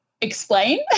explain